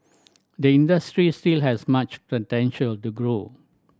the industry still has much potential to grow